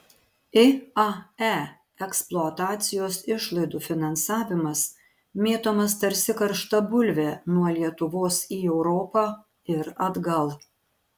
iae eksploatacijos išlaidų finansavimas mėtomas tarsi karšta bulvė nuo lietuvos į europą ir atgal